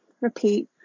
repeat